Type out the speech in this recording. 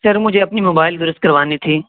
سر مجھے اپنی موبائل درست کروانی تھی